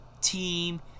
team